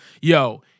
Yo